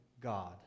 God